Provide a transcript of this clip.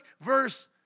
verse